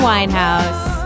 Winehouse